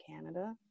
Canada